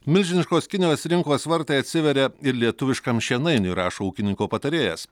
milžiniškos kinijos rinkos vartai atsiveria ir lietuviškam šienainiui rašo ūkininko patarėjas